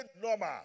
normal